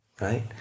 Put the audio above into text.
Right